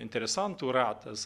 interesantų ratas